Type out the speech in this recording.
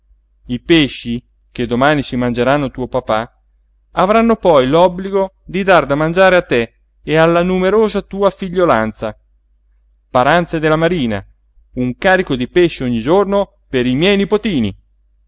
i pesci che domani si mangeranno tuo papà avranno poi l'obbligo di dar da mangiare a te e alla numerosa tua figliolanza paranze della marina un carico di pesci ogni giorno per i miei nipotini